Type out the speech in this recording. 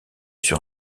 sur